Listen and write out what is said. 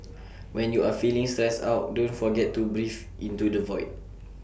when you are feeling stressed out don't forget to breathe into the void